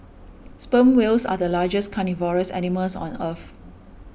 sperm whales are the largest carnivorous animals on earth